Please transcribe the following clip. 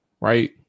right